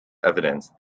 evidence